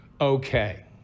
Okay